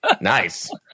Nice